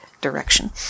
direction